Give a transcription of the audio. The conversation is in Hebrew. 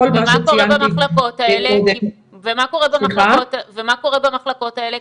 כל מה שציינתי קודם --- ומה קורה במחלקות האלה?